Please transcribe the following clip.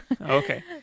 okay